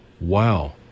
wow